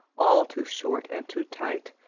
all too short and too tight,